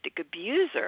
abuser